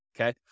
okay